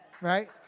right